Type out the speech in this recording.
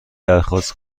درخواست